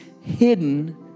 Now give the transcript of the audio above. hidden